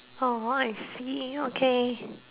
oh !wah! I see okay